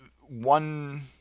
one